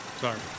Sorry